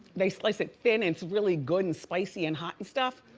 they slice it thin and it's really good and spicy and hot and stuff.